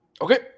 Okay